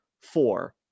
four